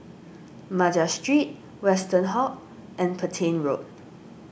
Madras Street Westerhout Road and Petain Road